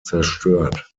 zerstört